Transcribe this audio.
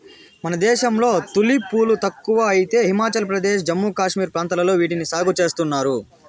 మన దేశంలో తులిప్ పూలు తక్కువ అయితే హిమాచల్ ప్రదేశ్, జమ్మూ కాశ్మీర్ ప్రాంతాలలో వీటిని సాగు చేస్తున్నారు